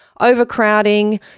overcrowding